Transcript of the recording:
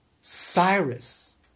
Cyrus